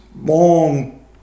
long